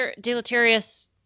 deleterious